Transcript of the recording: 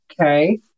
Okay